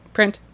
Print